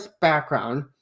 background